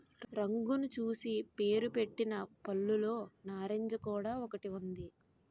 రంగును చూసి పేరుపెట్టిన పళ్ళులో నారింజ కూడా ఒకటి ఉంది